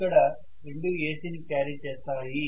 ఇక్కడ రెండూ AC ని క్యారీ చేస్తాయి